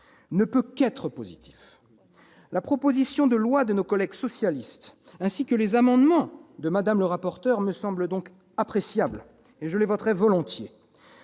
ne peut être que positif. La proposition de loi de nos collègues socialistes ainsi que les amendements de Mme le rapporteur me semblent donc appréciables, et je les voterai volontiers.